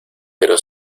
pero